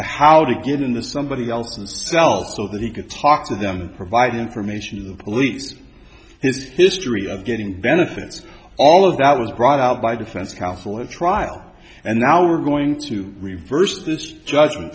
how to get into somebody else's celts so that he could talk to them and provide information to the police his history of getting benefits all of that was brought out by defense counsel at trial and now we're going to reverse this judgment